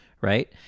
Right